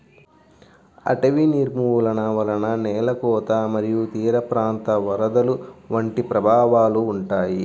అటవీ నిర్మూలన వలన నేల కోత మరియు తీరప్రాంత వరదలు వంటి ప్రభావాలు ఉంటాయి